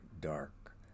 dark